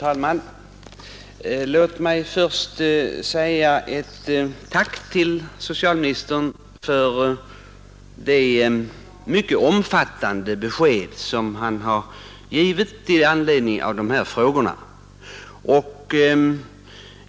Fru talman! Låt mig först säga ett tack till socialministern för det mycket omfattande besked han givit i anledning av dessa frågor.